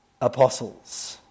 apostles